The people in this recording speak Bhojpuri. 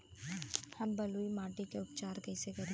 हम बलुइ माटी के उपचार कईसे करि?